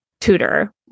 tutor